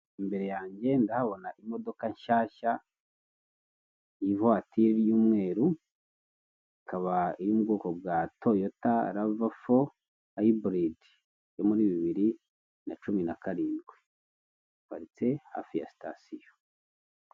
Imbere yanjye ndahabona imodoka nshyashya, ivuwaturi y'umweru, ikaba iri mu bwoko bwa Toyota rava fo, hayiburidi. Yo muri bibiri na cumi na karindwi. Iparitse hafi ya sitasiyo.